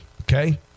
Okay